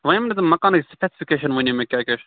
وَنیٛام نا تمہِ مکانٕچ سٕپیٚسفِکیٚشن وَنیمَے کیٛاہ کیٛاہ چھِ